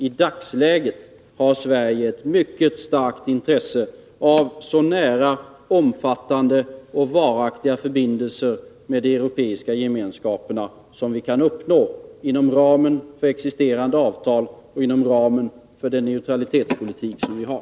I dagsläget har Sverige ett mycket starkt intresse av så 8 Riksdagens protokoll 1981/82:99-100 nära, omfattande och varaktiga förbindelser med de europeiska gemenskaperna som vi kan uppnå inom ramen för existerande avtal och den neutralitetspolitik som vi för.